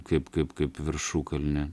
kaip kaip kaip viršukalnė